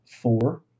four